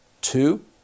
Two